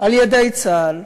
על-ידי צה"ל.